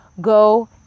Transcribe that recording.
Go